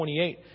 28